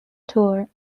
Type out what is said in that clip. tour